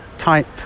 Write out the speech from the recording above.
type